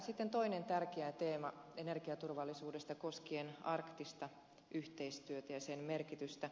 sitten toinen tärkeä teema on energiaturvallisuus koskien arktista yhteistyötä ja sen merkitystä